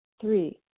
Three